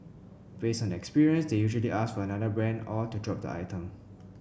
based on experience they usually ask for another brand or to drop the item